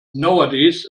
nowadays